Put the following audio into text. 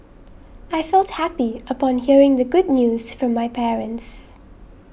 I felt happy upon hearing the good news from my parents